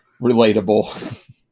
relatable